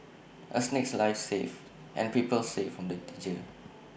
A snake's life saved and people saved from danger